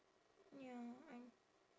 ya I